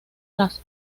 las